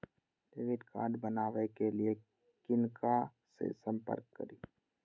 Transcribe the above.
Debit card बनावे के लिए किनका से संपर्क करी?